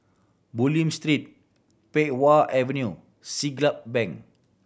Bulim Street Pei Wah Avenue Siglap Bank